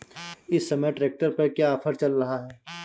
इस समय ट्रैक्टर पर क्या ऑफर चल रहा है?